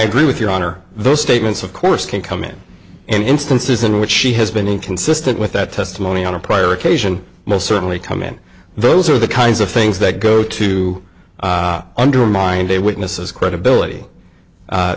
agree with your honor those statements of course can come in and instances in which she has been with that testimony on a prior occasion most certainly come in those are the kinds of things that go to undermine their witnesses credibility